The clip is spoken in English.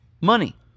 money